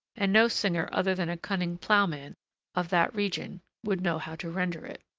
and no singer other than a cunning ploughman of that region would know how to render it.